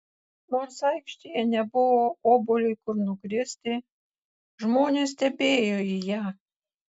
nors aikštėje nebuvo obuoliui kur nukristi žmonės tebeėjo į ją